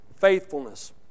faithfulness